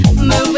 Move